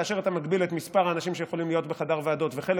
כאשר אתה מגביל את מספר האנשים שיכולים להיות בחדר ועדות וחלק